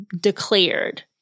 declared